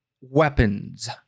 weapons